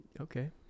Okay